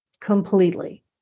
completely